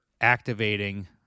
activating